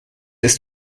ist